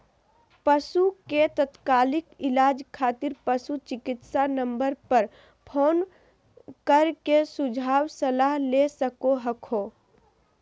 पशु के तात्कालिक इलाज खातिर पशु चिकित्सा नम्बर पर फोन कर के सुझाव सलाह ले सको हखो